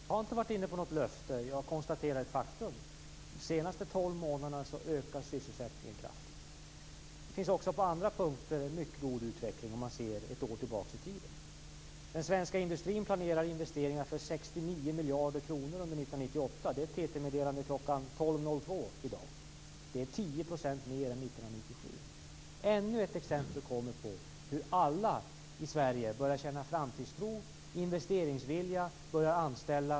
Fru talman! Jag har inte varit inne på något löfte. Jag har konstaterat faktum. De senaste tolv månaderna ökar sysselsättningen kraftigt. Det finns också på andra punkter en mycket god utveckling, om man se ett år tillbaks i tiden. Den svenska industrin planerar investeringar för 69 miljarder kronor under 1998. Det sägs i ett TT-meddelande från 12.02 i dag. Det är 10 % mer än 1997. Ännu ett exempel kommer på hur alla i Sverige börjar känna framtidstro och investeringsvilja och börjar anställa.